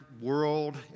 world